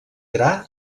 gra